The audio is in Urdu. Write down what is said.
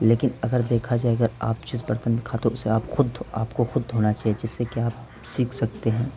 لیکن اگر دیکھا جائے اگر آپ جس برتن میں کھاتے ہو اسے آپ خود دھو آپ کو خود دھونا چاہیے جس سے کہ آپ سیکھ سکتے ہیں